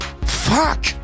Fuck